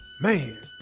Man